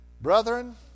Brethren